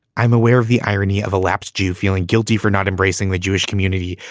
i'm aware of the irony of a lapsed jew feeling guilty for not embracing the jewish community,